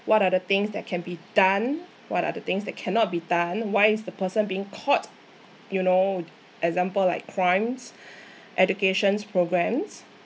what are the things that can be done what are the things that cannot be done why is the person being caught you know example like crimes educations programmes